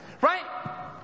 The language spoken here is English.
Right